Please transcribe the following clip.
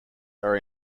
are